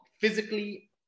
physically